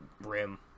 rim